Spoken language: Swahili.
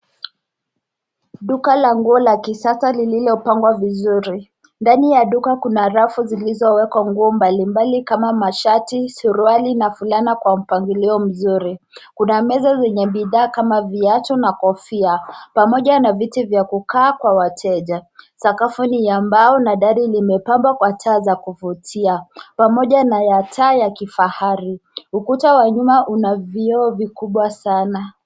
Duka la nguo la kisasa lililopangwa vizuri. Ndani ya duka kuna rafu zilizowekwa nguo mbalimbali kama mashati, suruali na fulana kwa mpangilio mzuri. Kuna meza zenye bidhaa kama viatu na kofia pamoja na viti vya kukaa vya wateja. Sakafu ni ya mbao na dari limepambwa kwa taa za kuvutia pamoja na ya taa ya kifahari. Ukuta wa nyuma una vioo vikubwa sana.